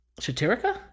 Shatirica